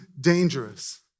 dangerous